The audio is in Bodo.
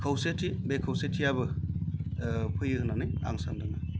खौसेथि बे खौसेथियाबो फैयो होन्नानै आं सानदोङो